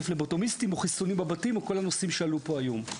פבלוטומיסטים או חיסונים בבתים או כל הנושאים שעלו פה היום.